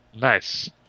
Nice